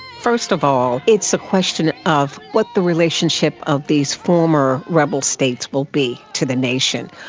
first of all, it's a question of what the relationship of these former rebel states will be to the nation.